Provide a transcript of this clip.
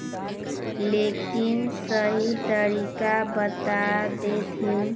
लेकिन सही तरीका बता देतहिन?